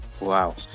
Wow